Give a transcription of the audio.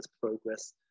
progress